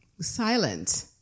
silent